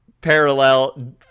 parallel